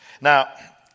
Now